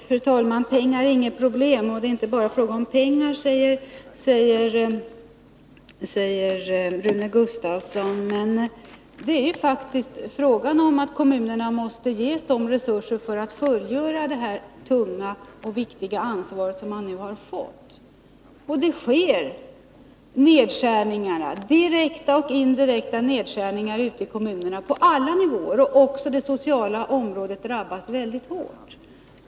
Fru talman! Pengar är inget problem, och det är inte bara fråga om pengar, säger Rune Gustavsson. Men kommunerna måste faktiskt ges resurser för att kunna fullgöra sina åligganden och ta det viktiga ansvar som de nu har fått. Det sker direkta och indirekta nedskärningar ute i kommunerna på alla Nr 153 nivåer, och också det sociala området drabbas mycket hårt.